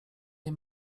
nie